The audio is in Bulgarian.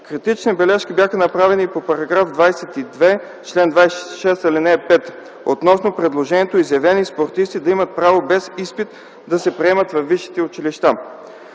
Критични бележки бяха направени и по § 22, чл.26, ал. 5, относно предложението изявени спортисти, да имат право без изпит да се приемат във висшите училища.